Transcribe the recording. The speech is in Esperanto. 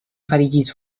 fariĝis